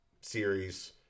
series